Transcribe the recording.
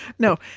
no,